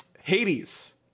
Hades